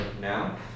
now